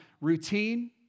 routine